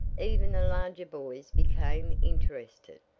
even the larger boys became interested,